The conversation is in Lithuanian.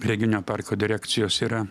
reginio parko direkcijos yra